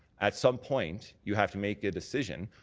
at some point, you have to make a decision,